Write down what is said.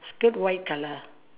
skirt white colour